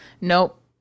nope